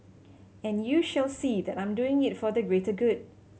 and you shall see that I'm doing it for the greater good